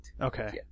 Okay